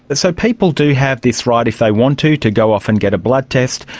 ah so people do have this right if they want to to go off and get a blood test,